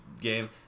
game